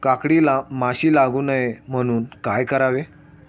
काकडीला माशी लागू नये म्हणून काय करावे?